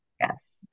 Yes